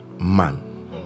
man